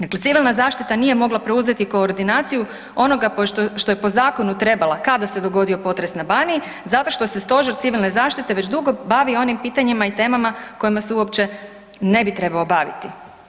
Dakle, civilna zaštita nije mogla preuzeti koordinaciju onoga što je po zakonu trebala kada se dogodio potres na Baniji, zato što se Stožer civilne zaštite već dugo bavi onim pitanjima i temama kojima se uopće ne bi trebao baviti.